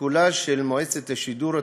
קולה של מועצת השידור הציבורי,